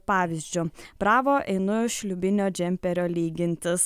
pavyzdžiu bravo einu šliūbinio džemperio lygintis